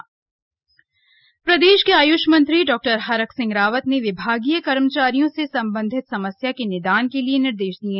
हरक सिंह रावत बैठक प्रदेश के आय्ष मंत्री डॉ हरक सिंह रावत ने विभागीय कर्मचारियों से सम्बन्धित समस्या के निदान के लिए निर्देश दिये